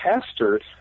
pastors